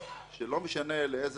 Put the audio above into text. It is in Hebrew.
שלא משנה לאיזו דרך נלך,